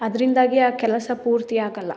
ಅದರಿಂದಾಗಿ ಆ ಕೆಲಸ ಪೂರ್ತಿಯಾಗೋಲ್ಲ